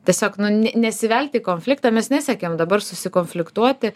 tiesiog nu ne nesivelti į konfliktą mes nesiekiam dabar susikonfliktuoti